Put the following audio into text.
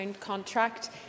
contract